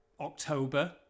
october